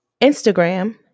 Instagram